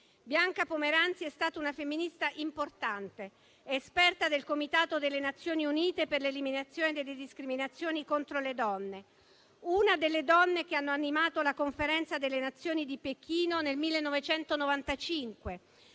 Bianca Pomeranzi è stata una femminista importante, esperta del Comitato delle Nazioni Unite per l'eliminazione delle discriminazioni contro le donne, una delle donne che hanno animato la Conferenza di Pechino delle Nazioni Unite nel 1995,